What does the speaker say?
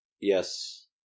Yes